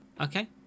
Okay